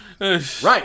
Right